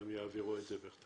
הם יעבירו את זה בכתב.